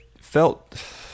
felt